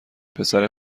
پسر